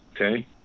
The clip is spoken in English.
okay